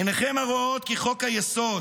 עיניכם הרואות כי חוק-היסוד